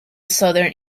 southern